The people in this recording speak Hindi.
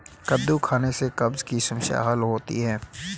कद्दू खाने से कब्ज़ की समस्याए हल होती है